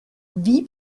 wie